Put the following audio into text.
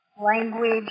language